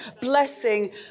Blessing